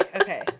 okay